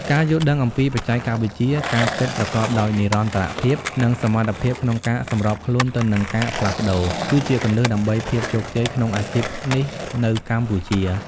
ការយល់ដឹងអំពីបច្ចេកវិទ្យា ការគិតប្រកបដោយនិរន្តរភាព និងសមត្ថភាពក្នុងការសម្របខ្លួនទៅនឹងការផ្លាស់ប្តូរ គឺជាគន្លឹះដើម្បីភាពជោគជ័យក្នុងអាជីពនេះនៅកម្ពុជា។